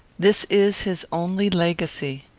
this is his only legacy.